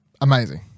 amazing